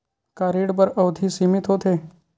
का ऋण बर अवधि सीमित होथे?